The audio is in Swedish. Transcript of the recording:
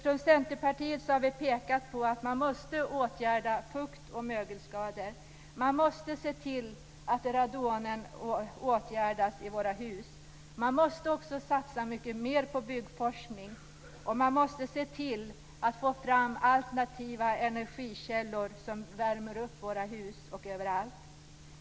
Från Centerpartiet har vi pekat på att man måste åtgärda fukt och mögelskador. Man måste se till att problemet med radon i våra hus åtgärdas. Man måste också satsa mycket mer på byggforskning, och man måste se till att få fram alternativa energikällor som värmer upp våra hus och annat.